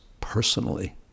personally